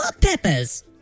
peppers